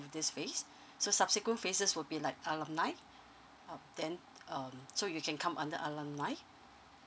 in this phase so subsequent phases will be like alumni uh then um so you can come under alumni